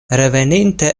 reveninte